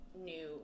new